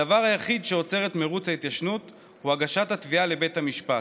הדבר היחיד שעוצר את מרוץ ההתיישנות הוא הגשת התביעה לבית המשפט,